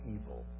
evil